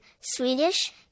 Swedish